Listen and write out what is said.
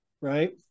right